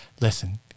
Listen